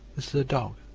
is a dog,